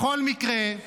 בכל מקרה,